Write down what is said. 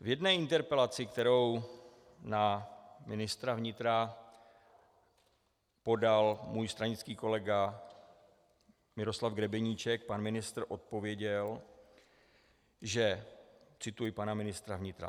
V jedné interpelaci, kterou na ministra vnitra podal můj stranický kolega Miroslav Grebeníček, pan ministr odpověděl, že cituji pana ministra vnitra: